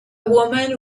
woman